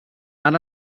han